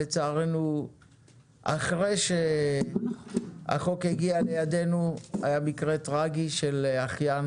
לצערנו אחרי שהחוק הגיע לידינו היה מקרה טרגי של אחיין